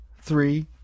three